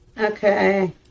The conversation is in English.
Okay